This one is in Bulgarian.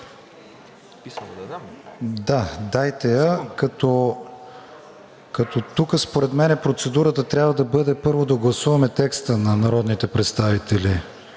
КРИСТИАН ВИГЕНИН: Тук според мен процедурата трябва да бъде първо да гласуваме текста на народните представители